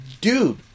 dude